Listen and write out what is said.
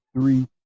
three